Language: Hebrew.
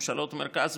ממשלות מרכז,